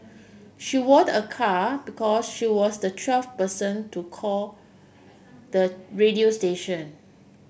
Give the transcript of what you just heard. she ward a car because she was the twelve person to call the radio station